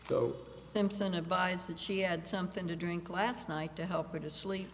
that she had something to drink last night to help her to sleep